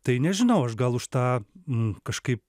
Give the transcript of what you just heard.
tai nežinau aš gal už tą nu kažkaip